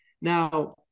Now